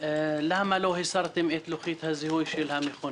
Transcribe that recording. למה לא הסרתם את לוחית הזיהוי של המכונית?